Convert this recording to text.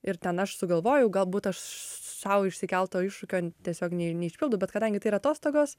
ir ten aš sugalvojau galbūt aš sau išsikelto iššūkio tiesiog ne neišpildau bet kadangi tai yra atostogos